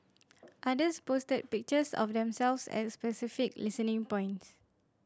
others posted pictures of themselves at specific listening points